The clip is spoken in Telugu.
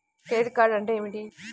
క్రెడిట్ కార్డ్ అంటే ఏమిటి?